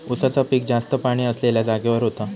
उसाचा पिक जास्त पाणी असलेल्या जागेवर होता